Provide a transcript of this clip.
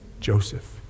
Joseph